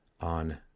on